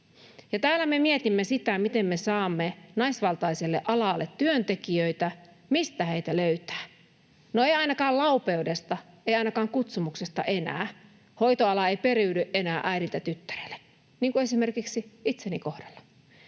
täällä me mietimme sitä, miten me saamme naisvaltaiselle alalle työntekijöitä, mistä heitä löytää. No, ei ainakaan laupeudesta, ei ainakaan kutsumuksesta enää. Hoitoala ei periydy enää äidiltä tyttärelle, niin kuin esimerkiksi itseni kohdalla.